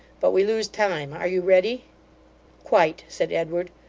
but we lose time. are you ready quite, said edward.